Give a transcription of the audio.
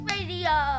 Radio